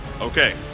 Okay